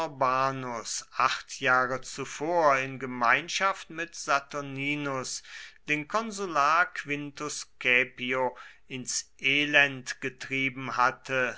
norbanus acht jahre zuvor in gemeinschaft mit saturninus den konsular quintus caepio ins elend getrieben hatte